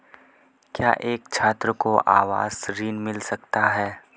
क्या एक छात्र को आवास ऋण मिल सकता है?